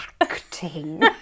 acting